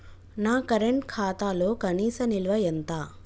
నా కరెంట్ ఖాతాలో కనీస నిల్వ ఎంత?